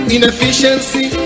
Inefficiency